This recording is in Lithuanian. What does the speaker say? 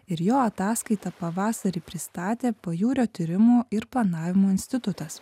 ir jo ataskaitą pavasarį pristatė pajūrio tyrimų ir planavimo institutas